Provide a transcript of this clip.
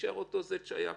יישאר אותו Z שהיה קודם,